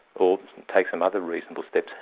or take some other reasonable steps.